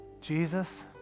Jesus